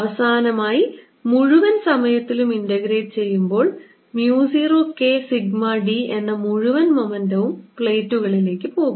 അവസാനമായി മുഴുവൻ സമയത്തിലും ഇൻറഗ്രേറ്റ് ചെയ്യുമ്പോൾ mu 0 K സിഗ്മ d എന്ന മുഴുവൻ മൊമെന്റവും പ്ലേറ്റുകളിലേക്ക് പോകും